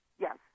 Yes